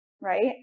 right